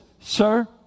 sir